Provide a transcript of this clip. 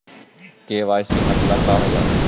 KYC मतलब का होव हइ?